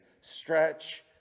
stretch